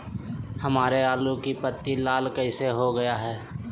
हमारे आलू की पत्ती लाल कैसे हो गया है?